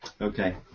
okay